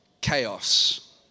chaos